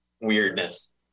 weirdness